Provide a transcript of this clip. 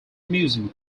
museum